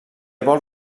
vols